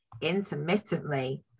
intermittently